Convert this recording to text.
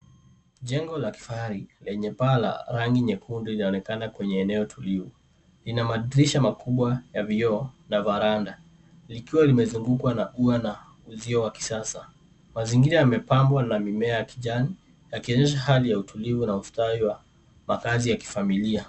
Jengo la kifahari lenye paa la rangi nyekundu inaonekana kwenye eneo tulivu. Ina madirisha makubwa ya vioo na varanda likiwa limezungukwa na ua na uzio wa kisasa. Mazingira yamepambwa na mimea ya kijani yakionyesha hali ya utulivu na ustawi wa makaazi ya kifamilia.